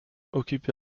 occupé